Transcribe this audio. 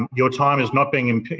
and your time is not being and